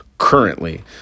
currently